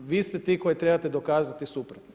Vi ste ti koji trebate dokazati suprotno.